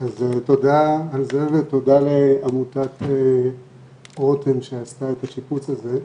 אז תודה על זה ותודה לעמותת רותם שעשתה את השיפוץ הזה.